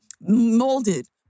molded